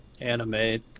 anime